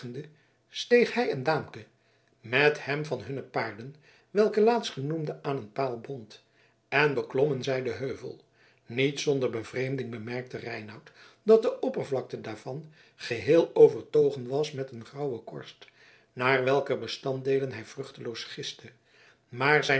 steeg hij en daamke met hem van hunne paarden welke laatstgenoemde aan een paal bond en beklommen zij den heuvel niet zonder bevreemding bemerkte reinout dat de oppervlakte daarvan geheel overtogen was met een grauwe korst naar welker bestanddeelen hij vruchteloos giste maar zijn